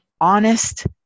honest